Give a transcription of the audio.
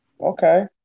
Okay